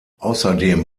außerdem